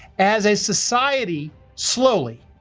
as as society slowly,